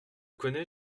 connais